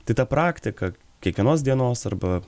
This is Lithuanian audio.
tai ta praktika kiekvienos dienos arba